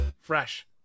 Fresh